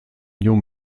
new